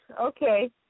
Okay